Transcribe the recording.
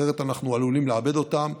אחרת אנחנו עלולים לאבד אותם.